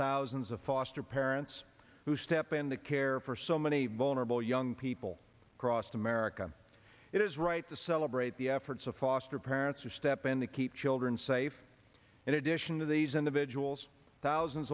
thousands of foster parents who step in to care for so many vulnerable young people across america it is right to celebrate the efforts of foster parents or step in to keep children safe in addition to these individuals thousands